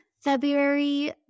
February